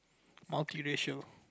multiracial